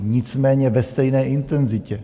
Nicméně ve stejné intenzitě.